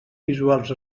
visuals